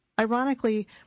ironically